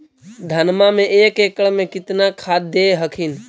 धनमा मे एक एकड़ मे कितना खदबा दे हखिन?